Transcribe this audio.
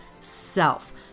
self